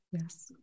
Yes